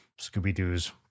Scooby-Doo's